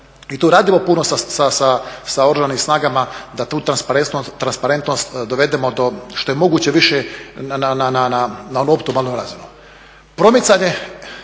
i tu radimo puno sa Oružanim snagama da tu transparentnost dovedemo do što je moguće više na onu optimalnu razinu. Promicanje,